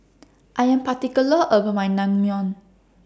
I Am particular about My Naengmyeon